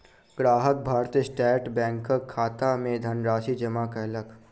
ग्राहक भारतीय स्टेट बैंकक खाता मे धनराशि जमा कयलक